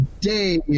day